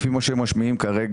לפי מה שהם משמיעים כרגע,